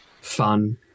fun